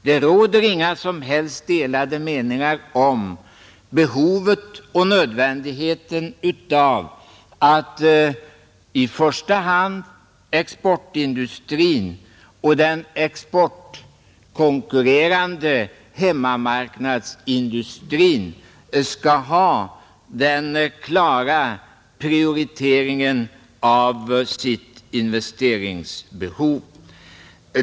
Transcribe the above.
Det råder inga som helst delade meningar om behovet och nödvändigheten av att i första hand exportindustrin och den importkonkurrerande hemmamarknadsindustrin skall ha den klara prioriteringen av sitt investeringsbehov.